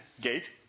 gate